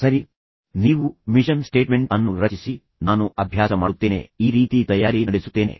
ಸರಿ ಆದ್ದರಿಂದ ನೀವು ಮಿಷನ್ ಸ್ಟೇಟ್ಮೆಂಟ್ ಅನ್ನು ರಚಿಸಿ ಆದ್ದರಿಂದ ನಾನು ಅಭ್ಯಾಸ ಮಾಡುತ್ತೇನೆ ನಾನು ಈ ರೀತಿ ತಯಾರಿಸುತ್ತೇನೆ